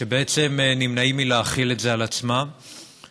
שבעצם נמנעים מלהחיל את זה על עצמם,